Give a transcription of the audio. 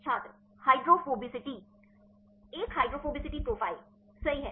छात्र हाइड्रोफोबिसिटी एक hydrophobicity profile सही है